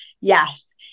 Yes